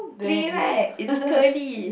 three right it's curly